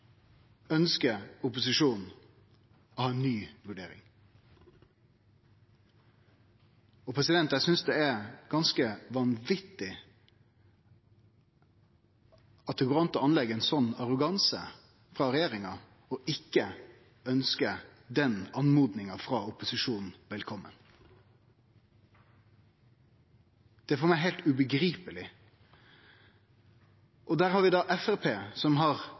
opposisjonen å ha ei ny vurdering. Eg synest det er ganske vanvitig at det går an å vise ein slik arroganse frå regjeringa, og ikkje ønskje den oppmodinga frå opposisjonen velkomen – det er for meg heilt ubegripeleg. Og der har vi Framstegspartiet, som har